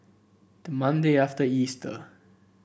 the Monday after Easter